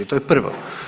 To je prvo.